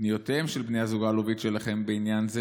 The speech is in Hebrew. פניותיהם של בני הזוג אלוביץ' אליכם בעניין זה